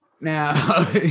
Now